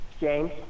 James